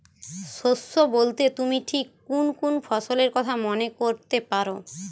শস্য বোলতে তুমি ঠিক কুন কুন ফসলের কথা মনে করতে পার?